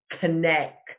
connect